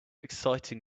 exciting